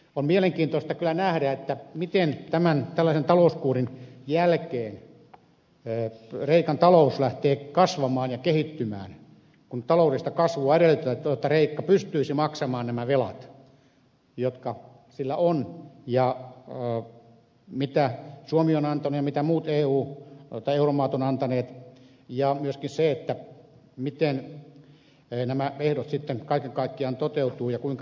on mielenkiintoista kyllä nähdä se miten tällaisen talouskuurin jälkeen kreikan talous lähtee kasvamaan ja kehittymään kun taloudellista kasvua edellytetään että kreikka pystyisi maksamaan nämä velat jotka sillä on ja jotka suomi on antanut ja jotka muut eu maat ovat antaneet ja myöskin se miten nämä ehdot sitten kaiken kaikkiaan toteutuvat ja kuinka niitä valvotaan